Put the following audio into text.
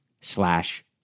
slash